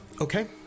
okay